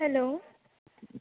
hello